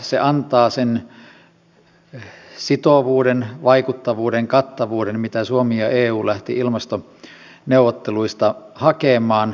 se antaa sen sitovuuden vaikuttavuuden kattavuuden mitä suomi ja eu lähtivät ilmastoneuvotteluista hakemaan